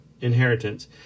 inheritance